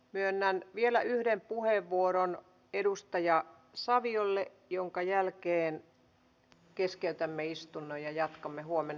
myönnän vielä yhden puheenvuoron edustaja saviolle minkä jälkeen keskeytämme istunnon ja jatkamme huomenna